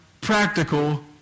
practical